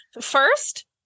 First